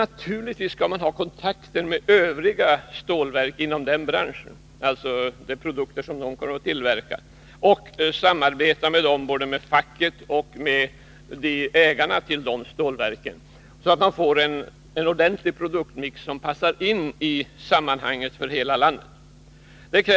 Naturligtvis skall man ha kontakter med övriga stålverk inom branschen och samarbeta både med facket och med ägarna till dessa stålverk, så att man får en ordentlig produktmix som passar in i sammanhanget för hela landet.